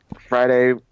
Friday